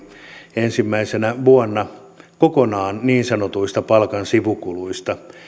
ensimmäisenä vuonna kokonaan niin sanotuista palkan sivukuluista